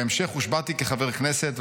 בהמשך הושבעתי כחבר הכנסת,